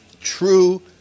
true